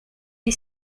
est